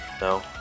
no